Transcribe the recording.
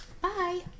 Bye